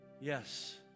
Yes